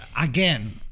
again